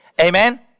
Amen